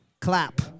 Clap